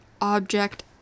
object